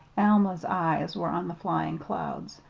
alma's eyes were on the flying clouds.